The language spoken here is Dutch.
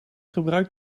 gebruik